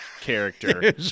character